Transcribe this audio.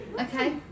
okay